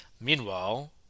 meanwhile